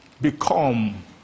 become